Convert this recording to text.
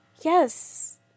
Yes